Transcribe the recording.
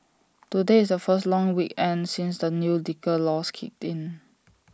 today is the first long weekend since the new liquor laws kicked in